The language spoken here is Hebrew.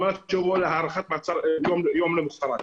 על מנת שיובאו להארכת מעצר יום למחרת.